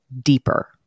deeper